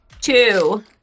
Two